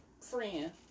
friend